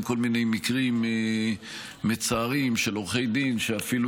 עם כל מיני מקרים מצערים של עורכי דין שאפילו